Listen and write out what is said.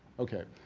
okay,